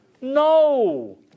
No